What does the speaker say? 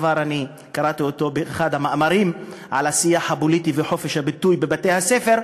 וקראתי את הדבר באחד המאמרים על השיח הפוליטי וחופש הביטוי בבתי-הספר,